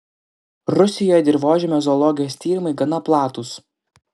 rusijoje dirvožemio zoologijos tyrimai gana platūs